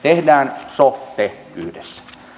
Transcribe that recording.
tehdään sote yhdessä